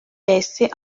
percé